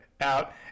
out